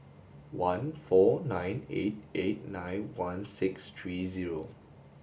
one four nine eight eight nine one six three zero